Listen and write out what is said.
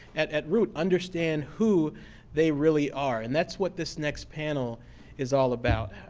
at at root, understand who they really are. and that's what this next panel is all about.